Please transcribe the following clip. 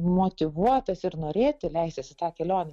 motyvuotas ir norėti leistis į tą kelionę